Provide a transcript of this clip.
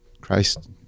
Christ